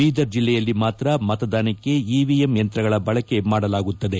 ಬೀದರ್ ಜಿಲ್ಲೆಯಲ್ಲಿ ಮಾತ್ರ ಮತದಾನಕ್ಕೆ ಇವಿಎಂ ಯಂತ್ರಗಳ ಬಳಕೆ ಮಾಡಲಾಗುತ್ತದೆ